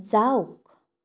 যাওক